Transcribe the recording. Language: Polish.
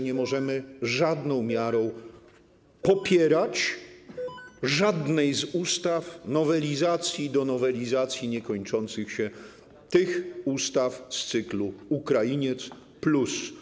Nie możemy żadną miarą popierać żadnej z ustaw nowelizacji do nowelizacji niekończących się ustaw z cyklu Ukrainiec+.